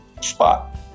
spot